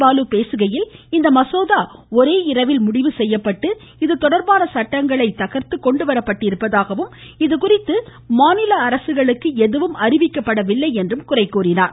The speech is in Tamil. பாலு பேசுகையில் இந்த மசோதா ஒரே இரவில் முடிவு செய்யப்பட்டு இதுதொடர்பான சட்டங்களை தகர்த்து கொண்டு வரப்பட்டிருப்பதாகவும் இதுகுறித்து மாநில அரசுகளுக்கு எதுவும் தெரிவிக்கப்படவில்லை என்றும் குறை கூறினார்